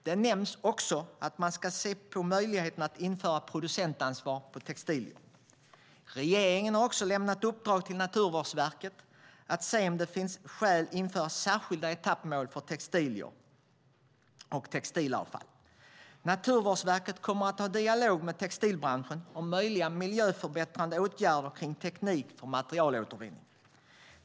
Det nämns också att man ska se på möjligheterna att införa producentansvar för textilier. Regeringen har även lämnat uppdrag till Naturvårdsverket att se om det finns skäl att införa särskilda etappmål för textilier och textilavfall. Naturvårdsverket kommer att ha dialog med textilbranschen om möjliga miljöförbättrande åtgärder och kring teknik för materialåtervinning.